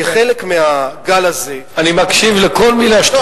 כחלק מהגל הזה אני מקשיב לכל מלה שלך.